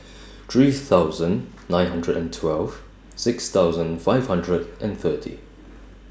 three thousand nine hundred and twelve six thousand five hundred and thirty